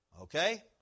Okay